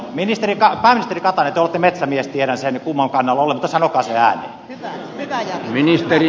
pääministeri katainen te olette metsämies tiedän sen kumman kannalla olette mutta sanokaa se ääneen